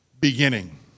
beginning